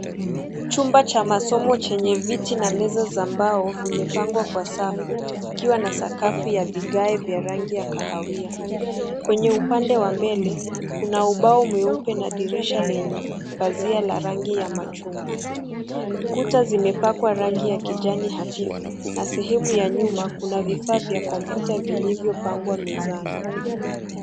Chumba cha masomo chenye viti na meza za mbao, vimepangwa kwa safu, ikiwa na sakafu ya vigae vya rangi ya kahawia, kwenye upande wa mbele kuna ubao mweupe na dirisha lenye pazia la rangi ya machungwa. Kuta zimepakwa rangi ya kijani hafifu na sehemu ya nyuma kuna vifaa vya kompyuta vilivyo vilivyopangwa mezani.